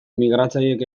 migratzaileek